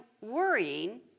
worrying